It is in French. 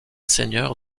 seigneur